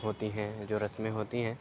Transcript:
ہوتی ہیں جو رسمیں ہوتی ہیں